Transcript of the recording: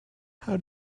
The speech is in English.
how